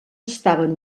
estaven